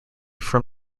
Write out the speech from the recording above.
from